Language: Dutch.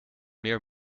meer